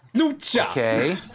Okay